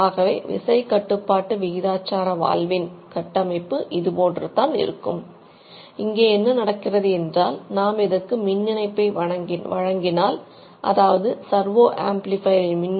ஆகவே விசை கட்டுப்பாட்டு விகிதாச்சார வால்வின்